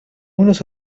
unos